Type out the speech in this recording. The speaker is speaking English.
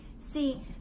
See